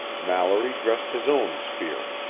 mallory dressed his own spear.